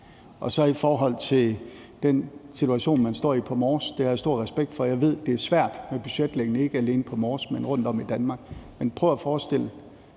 dag. I forhold til den situation, man står i på Mors, så har jeg stor respekt for den. Jeg ved, at det er svært med budgetlægning, ikke alene på Mors, men rundtom i Danmark. Men jeg synes,